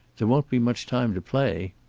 there won't be much time to play.